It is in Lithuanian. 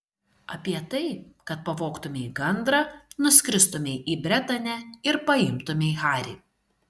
apie tai kad pavogtumei gandrą nuskristumei į bretanę ir paimtumei harį